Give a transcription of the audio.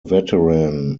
veteran